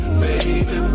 baby